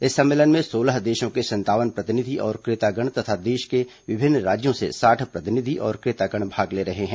इस सम्मेलन में सोलह देशों के संतावन प्रतिनिधि और क्रेतागण तथा देश के विभिन्न राज्यों से साठ प्रतिनिधि और क्रेतागण भाग ले रहे हैं